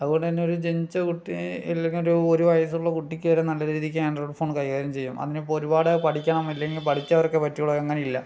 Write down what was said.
അതുപോലെ തന്നെ ഒരു ജനിച്ച കുട്ടി ഇല്ലെങ്കിൽ ഒരു ഒരു വയസ്സുള്ള കുട്ടിക്കു വരെ നല്ല രീതിക്ക് ആൻഡ്രോയിഡ് ഫോൺ കൈകാര്യം ചെയ്യും അതിനിപ്പോൾ ഒരുപാട് പഠിക്കണം അല്ലെങ്കിൽ പഠിച്ചവർക്കേ പറ്റോളു അങ്ങനെയില്ല